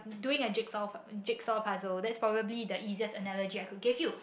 doing a jigsaw jigsaw puzzle that's probably that's easiest energy I could give you